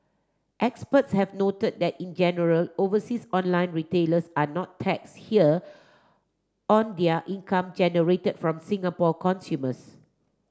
experts have noted that in general overseas online retailers are not taxed here on their income generated from Singapore consumers